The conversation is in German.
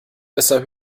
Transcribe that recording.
besser